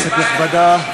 כנסת נכבדה,